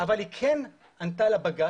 אבל היא כן ענתה לבג"צ,